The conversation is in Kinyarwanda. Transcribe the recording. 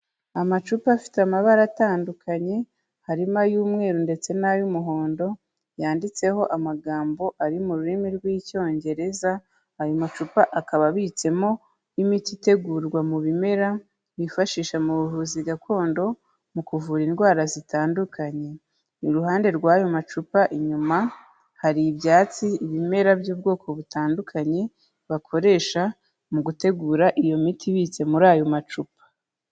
Amacupa afite amabara atandukanye, harimo ay'umweru ndetse n'ay'umuhondo, yanditseho amagambo ari mu rurimi rw'Icyongereza, ayo macupa akaba abitsemo imiti itegurwa mu bimera bifashisha mu buvuzi gakondo, mu kuvura indwara zitandukanye. Iruhande rw'ayo macupa inyuma hari ibyatsi, ibimera by'ubwoko butandukanye bakoresha mu gutegura iyo miti ibitse muri ayo macupa.